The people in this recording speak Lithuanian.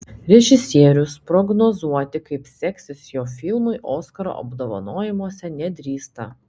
režisierius prognozuoti kaip seksis jo filmui oskaro apdovanojimuose nedrįsta